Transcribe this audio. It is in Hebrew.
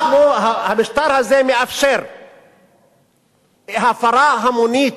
המשטר הזה מאפשר הפרה המונית.